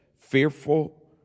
fearful